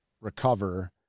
recover